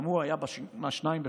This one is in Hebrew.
גם הוא היה ב-2 בפברואר.